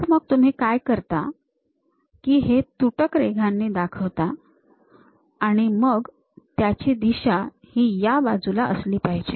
तर मग तुम्ही काय करता की हे तुटक रेषांनी दाखवता आणि मग त्याची दिशा ही या बाजूला असली पाहिजे